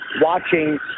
watching